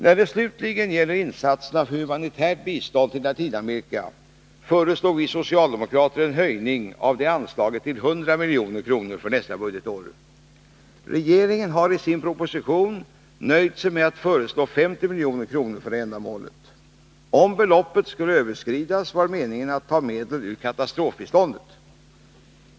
När det slutligen gäller insatserna för humanitärt bistånd till Latinamerika föreslår vi socialdemokrater en höjning av anslaget till 100 milj.kr. för nästa budgetår. Regeringen har i sin proposition nöjt sig med att föreslå 50 milj.kr. för detta ändamål. Om beloppet överskreds, var meningen att ta medel ur katastrofbiståndet.